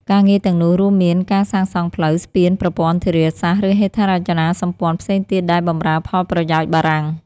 ការងារទាំងនោះរួមមានការសាងសង់ផ្លូវ ស្ពាន ប្រព័ន្ធធារាសាស្ត្រ ឬហេដ្ឋារចនាសម្ព័ន្ធផ្សេងទៀតដែលបម្រើផលប្រយោជន៍បារាំង។